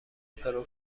پرو